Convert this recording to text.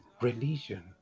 religion